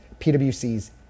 PwC's